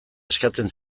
eskatzen